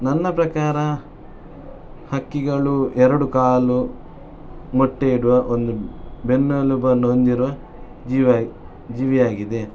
ನನ್ನ ಪ್ರಕಾರ ಹಕ್ಕಿಗಳು ಎರಡು ಕಾಲು ಮೊಟ್ಟೆ ಇಡುವ ಒಂದು ಬೆನ್ನೆಲುಬನ್ನು ಹೊಂದಿರುವ ಜೀವ ಜೀವಿಯಾಗಿದೆ